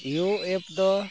U ᱮᱯ ᱫᱚ